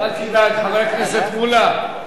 אל תדאג, חבר הכנסת מולה,